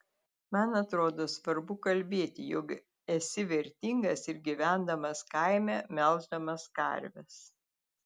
man atrodo svarbu kalbėti jog esi vertingas ir gyvendamas kaime melždamas karves